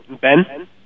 ben